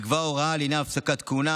לקבוע הוראה לעניין הפסקת כהונה,